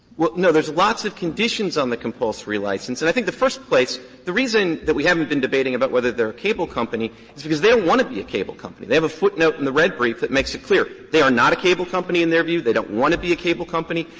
well, no. there's lots of conditions on the compulsory license. and i think the first place the reason that we haven't been debating about whether they're a cable company is because they don't want to be a cable company. they have a footnote in the red brief that makes it clear. they are not a cable company in their view. they don't want to be a cable company.